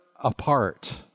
apart